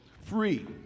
free